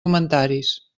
comentaris